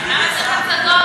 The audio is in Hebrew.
נדמה לי.